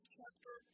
chapter